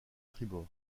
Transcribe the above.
tribord